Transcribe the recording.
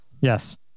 Yes